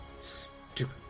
Stupid